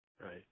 Right